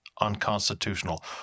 unconstitutional